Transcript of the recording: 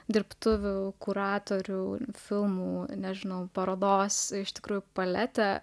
dirbtuvių kuratorių filmų nežinau parodos iš tikrųjų paletę